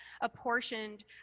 apportioned